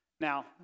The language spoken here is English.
Now